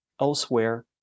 elsewhere